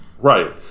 Right